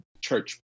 church